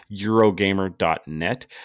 Eurogamer.net